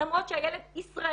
למרות שהילד ישראלי,